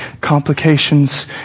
complications